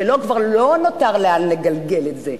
וכבר לא נותר לאן לגלגל את זה.